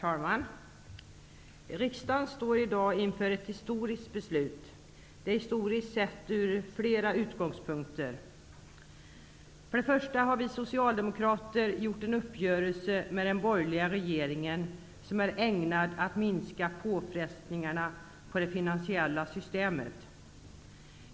Herr talman! Riksdagen står i dag inför ett historiskt beslut, och det är historiskt ur flera utgångspunkter. För det första har vi socialdemokrater gjort en uppgörelse med den borgerliga regeringen som är ägnad att minska påfrestningarna på det finansiella systemet.